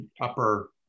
upper